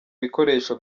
bikoresho